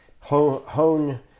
hone